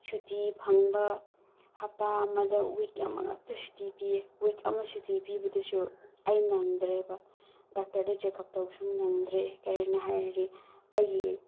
ꯁꯨꯇꯤ ꯐꯪꯕ ꯍꯞꯇꯥ ꯑꯃꯗ ꯋꯤꯛ ꯑꯃꯈꯛꯇ ꯁꯨꯇꯤ ꯄꯤꯑꯦ ꯋꯤꯛ ꯑꯃ ꯁꯨꯇꯤ ꯄꯤꯕꯗꯨꯁꯨ ꯑꯩ ꯅꯪꯗ꯭ꯔꯦꯕ ꯗꯣꯛꯇꯔꯗ ꯆꯦꯛꯑꯞ ꯇꯧꯕꯁꯨ ꯅꯪꯗ꯭ꯔꯦ ꯀꯔꯤꯅꯣ ꯍꯥꯏꯔꯗꯤ ꯑꯩꯒꯤ